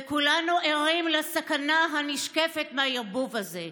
וכולנו ערים לסכנה הנשקפת מהערבוב הזה.